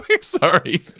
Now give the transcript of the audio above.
sorry